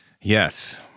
Yes